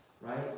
right